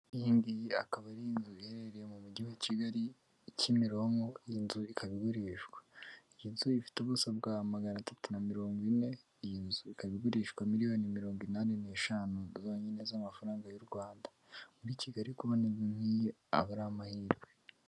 Iyi ngiyi akaba ari inzu iherereye mu mujyi wa Kigali i Kimironko, iyi nzu ikaba igurishwa, iyi nzu ifite ubuso bwa magana atatu na mirongo ine ,iyi nzu ikaba igurishwa miriyoni mirongo inani n'eshanu zonyine z'amafaranga y'u Rwanda muri Kigali kubona inzu nkiyo biba ari amahirwe.